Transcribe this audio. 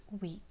week